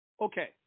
Okay